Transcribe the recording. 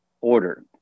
order